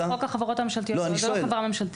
חוק החברות הממשלתיות זה לא חברה ממשלתית.